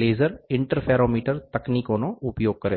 laser interferometer તકનીકોનો ઉપયોગ કરે છે